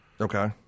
okay